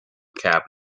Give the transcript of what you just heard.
cabinet